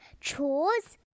chores